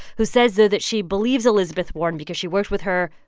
who says, though, that she believes elizabeth warren because she worked with her,